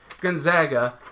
Gonzaga